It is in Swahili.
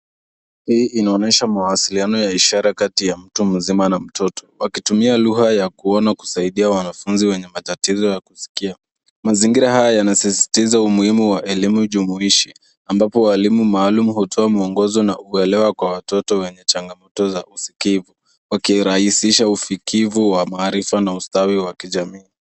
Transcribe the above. Hii inaonyesha mawasiliano ya ishara kati ya mtu mzima na mtoto wakitumia lugha ya kuona kusaidia wanafuzi wenye matatizo ya kuskia. Mazingira haya yanasisitiza umuhimu wa elimu jumuishi ambapo walimu maalum hutoa mwongozo na kuelewa kwa watoto wenye changamoto za usikivu wakirahisisha usikivu wa maarifa na ustawi wa kijamii.